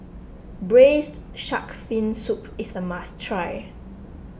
Braised Shark Fin Soup is a must try